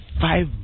five